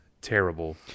terrible